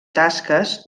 tasques